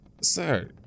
Sir